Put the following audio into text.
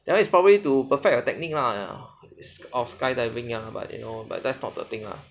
that one is probably to perfect your technique lah for skydiving lah but that's not the thing lah